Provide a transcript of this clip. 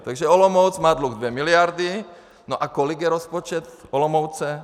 Takže Olomouc má dluh dvě miliardy a kolik je rozpočet Olomouce?